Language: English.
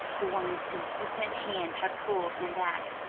the woman's insistent hand had pulled him back.